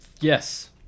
Yes